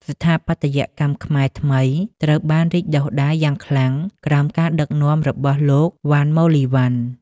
ស្ថាបត្យកម្មខ្មែរថ្មីត្រូវបានរីកដុះដាលយ៉ាងខ្លាំងក្រោមការដឹកនាំរបស់លោក វណ្ណ មូលីវណ្ណ។